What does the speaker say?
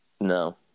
No